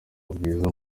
bwiza